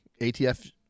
ATF